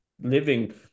living